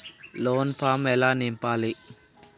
Loan form ఎలా నింపాలి?